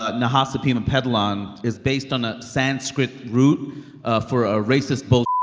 ah nahasapeemapetilon, is based on a sanskrit root ah for ah racist bull.